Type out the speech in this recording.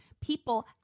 people